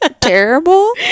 terrible